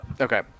Okay